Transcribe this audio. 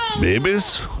Babies